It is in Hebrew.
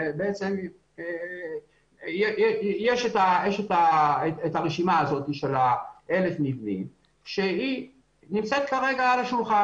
יש את הרשימה של 1,000 המבנים שנמצאת כרגע על השולחן.